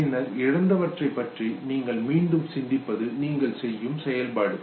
பின்னர் இழந்தவற்றை பற்றி நீங்கள் மீண்டும் சிந்திப்பது நீங்கள் செய்யும் செயல்பாடு